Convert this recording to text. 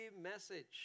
message